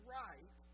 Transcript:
right